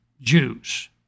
Jews